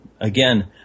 again